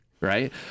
Right